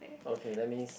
okay let me